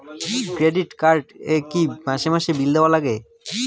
Credit card এ কি মাসে মাসে বিল দেওয়ার লাগে?